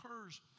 occurs